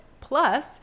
Plus